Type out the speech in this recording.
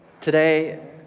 Today